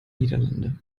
niederlande